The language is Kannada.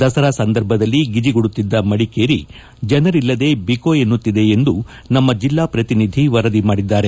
ದಸರಾ ಸಂದರ್ಭದಲ್ಲಿ ಗಿಜಿಗುಡುತ್ತಿದ್ದ ಮಡಿಕೇರಿ ಜನರಿಲ್ಲದೆ ಬಿಕೋ ಎನ್ನುತ್ತಿದೆ ಎಂದು ನಮ್ನ ಜಿಲ್ಲಾ ಪ್ರತಿನಿಧಿ ವರದಿ ಮಾಡಿದ್ದಾರೆ